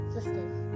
Sisters